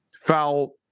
foul